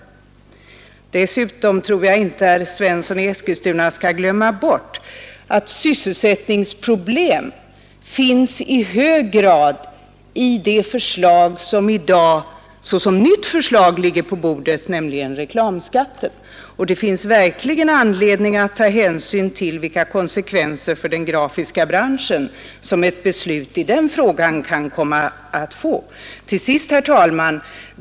Dessutom skall herr Svensson i Eskilstuna inte glömma bort de sysselsättningsproblem som utförligt redovisas i vår reservation i avsnittet beträffande reklamskatten. Det finns verkligen anledning att ta hänsyn till vilka konsekvenser för den grafiska branschen som ett beslut i den frågan kan komma att få. Till sist, herr talman!